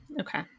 Okay